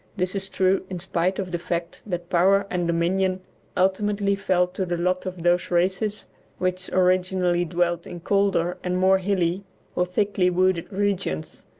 this is true in spite of the fact that power and dominion ultimately fell to the lot of those races which originally dwelt in colder and more hilly or thickly-wooded regions,